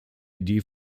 idee